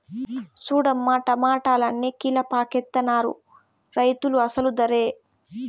సూడమ్మో టమాటాలన్ని కీలపాకెత్తనారు రైతులు అసలు దరే